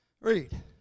Read